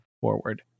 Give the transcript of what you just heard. forward